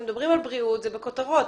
כשמדברים על בריאות זה בכותרות.